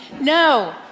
No